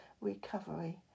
recovery